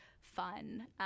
fun